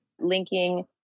linking